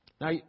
Now